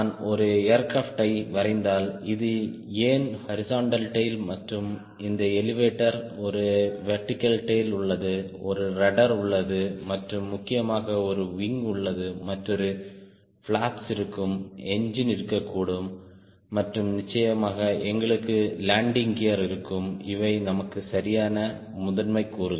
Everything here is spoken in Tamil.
நான் ஒரு ஏர்கிராப்ட் யை வரைந்தால் இது ஏன் ஹாரிஸ்ன்ட்டல் டேய்ல் மற்றும் இந்த எலெவடோர் ஒரு வெர்டிகல் டேய்ல் உள்ளது ஒரு ரட்ட்ர் உள்ளது மற்றும் முக்கியமாக ஒரு விங் உள்ளது மற்றும் பிளாப்ஸ் இருக்கும் என்ஜின் இருக்கக்கூடும் மற்றும் நிச்சயமாக எங்களுக்கு லேண்டிங் கியர் இருக்கும் இவை நமக்கு சரியான முதன்மை கூறுகள்